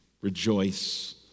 rejoice